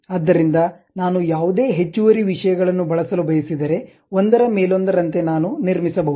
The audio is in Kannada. ಆದ್ದರಿಂದ ನಾನು ಯಾವುದೇ ಹೆಚ್ಚುವರಿ ವಿಷಯಗಳನ್ನು ಬಳಸಲು ಬಯಸಿದರೆ ಒಂದರ ಮೇಲೊಂದರಂತೆ ನಾನು ನಿರ್ಮಿಸಬಹುದು